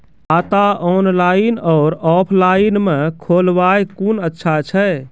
खाता ऑनलाइन और ऑफलाइन म खोलवाय कुन अच्छा छै?